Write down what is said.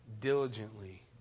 diligently